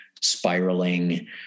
spiraling